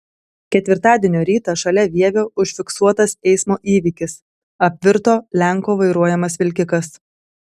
ketvirtadienio rytą šalia vievio užfiksuotas eismo įvykis apvirto lenko vairuojamas vilkikas